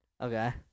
Okay